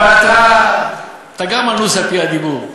אבל אתה, אתה גם אנוס על-פי הדיבור.